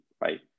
right